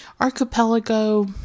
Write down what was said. Archipelago